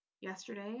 yesterday